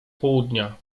południa